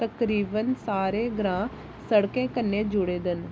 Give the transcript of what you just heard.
तकरीबन सारे ग्रांऽ शिड़कें कन्नै जुड़े दे न